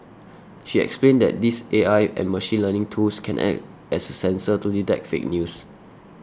she explained that these A I and machine learning tools can act as a sensor to detect fake news